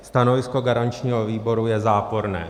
Stanovisko garančního výboru je záporné.